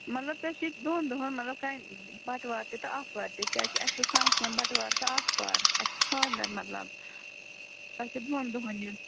مطلب تۄہہِ چھِ دۄن دۄہَن مطلب کَنہِ بَٹوار تہِ تہٕ آتھوار تہِ کیٛازِ کہِ اَسہِ چھُ فَنٛگشَن بَٹوار تہٕ آتھوار اَسہِ چھُ خانٛدَر مطلب تۄہہِ چھُ دۄن دۄہَن یُن